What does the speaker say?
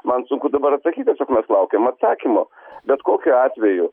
man sunku dabar atsakyt tiesiog mes laukiam atsakymo bet kokiu atveju